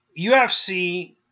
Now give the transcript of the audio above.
UFC